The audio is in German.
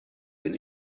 bin